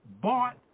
bought